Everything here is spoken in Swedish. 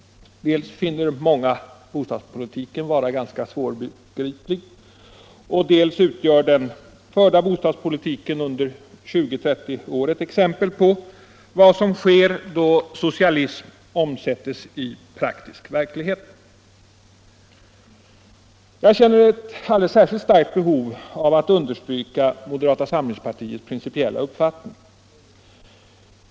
Dels finner många bostadspolitiken vara ganska svårbegriplig, dels utgör den förda bostadspolitiken under 20-30 år ett exempel på vad som sker då socialism omsätts i praktisk verklighet. Jag känner ett alldeles särskilt starkt behov av att understryka moderata samlingspartiets principiella uppfattning.